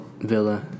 villa